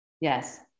Yes